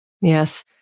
Yes